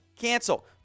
cancel